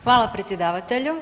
Hvala predsjedavatelju.